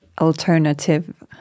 alternative